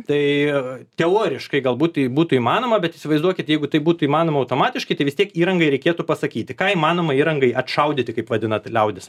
tai teoriškai galbūt tai būtų įmanoma bet įsivaizduokit jeigu tai būtų įmanoma automatiškai vis tiek įrangai reikėtų pasakyti ką įmanoma įrangai atšaudyti kaip vadinat liaudis